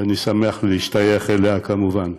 ואני שמח להשתייך אליה, כמובן.